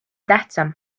tähtsam